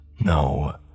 No